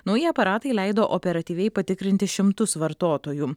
nauji aparatai leido operatyviai patikrinti šimtus vartotojų